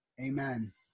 amen